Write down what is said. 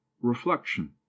reflection